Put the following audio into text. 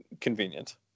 convenient